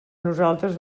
nosaltres